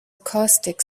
caustic